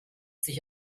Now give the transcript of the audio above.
sich